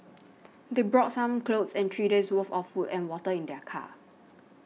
they brought some clothes and three days'worth of food and water in their car